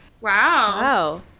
Wow